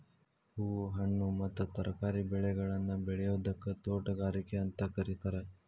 ಹೂ, ಹಣ್ಣು ಮತ್ತ ತರಕಾರಿ ಬೆಳೆಗಳನ್ನ ಬೆಳಿಯೋದಕ್ಕ ತೋಟಗಾರಿಕೆ ಅಂತ ಕರೇತಾರ